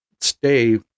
stay